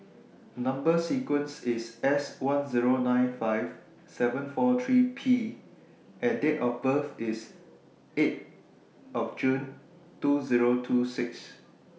Number sequence IS S one Zero nine five seven four three P and Date of birth IS eight June twenty twenty six